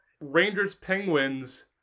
Rangers-Penguins